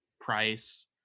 Price